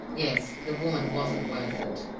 yes the woman wasn't worth it.